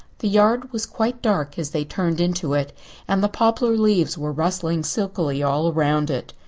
the yard was quite dark as they turned into it and the poplar leaves were rustling silkily all round it.